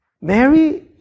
Mary